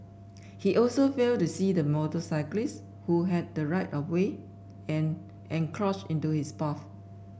he also failed to see the motorcyclist who had the right of way and encroached into his path